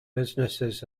businesses